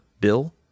Bill